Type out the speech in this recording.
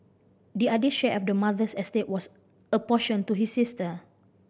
the other share of the mother's estate was apportioned to his sister